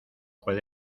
juez